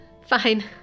Fine